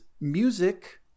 Music